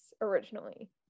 originally